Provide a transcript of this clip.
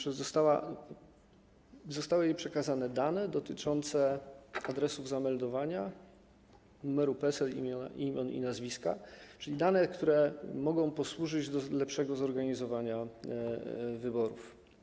Zostały jej przekazane dane dotyczące adresów zameldowania, numeru PESEL, imion i nazwiska, czyli dane, które mogą posłużyć do lepszego zorganizowania wyborów.